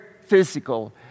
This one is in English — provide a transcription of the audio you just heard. physical